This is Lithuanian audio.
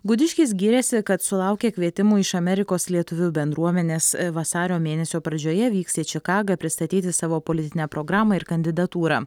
gudiškis giriasi kad sulaukė kvietimų iš amerikos lietuvių bendruomenės vasario mėnesio pradžioje vyks į čikagą pristatyti savo politinę programą ir kandidatūrą